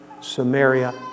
Samaria